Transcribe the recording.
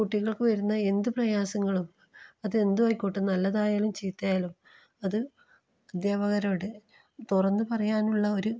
കുട്ടികൾക്ക് വരുന്ന എന്ത് പ്രയാസങ്ങളും അത് എന്തുമായിക്കോട്ടെ നല്ലതായാലും ചീത്തയായാലും അത് അദ്ധ്യാപകരോട് തുറന്ന് പറയാനുള്ള ഒരു